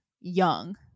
young